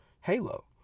Halo